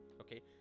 okay